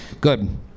good